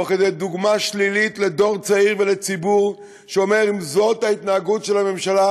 תוך דוגמה שלילית לדור צעיר ולציבור שאומר: אם זאת ההתנהגות של הממשלה,